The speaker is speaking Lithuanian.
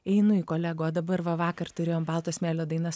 einu į kolega o dabar va vakar turėjom balto smėlio dainas